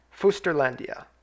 Fusterlandia